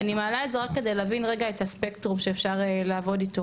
אני מעלה את זה רק כדי להבין רגע את הספקטרום שאפשר לעבוד איתו,